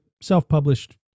self-published